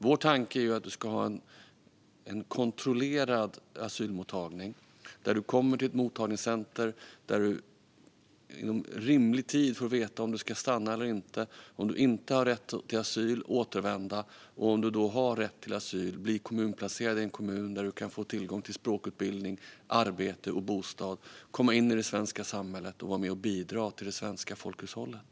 Vår tanke är att vi ska ha en kontrollerad asylmottagning där man kommer till ett mottagningscenter och inom rimlig tid får veta om man får stanna eller inte. Om man inte har rätt till asyl ska man återvända. Men om man har rätt till asyl ska man placeras i en kommun och få tillgång till språkutbildning, arbete och bostad för att komma in i det svenska samhället och vara med och bidra till det svenska folkhushållet.